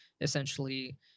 essentially